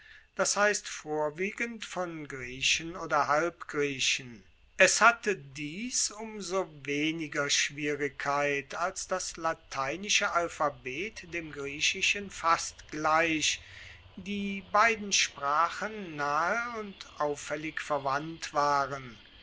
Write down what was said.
das heisst vorwiegend von griechen oder halbgriechen es hatte dies um so weniger schwierigkeit als das lateinische alphabet dem griechischen fast gleich die beiden sprachen nahe und auffaellig verwandt waren